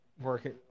working